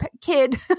kid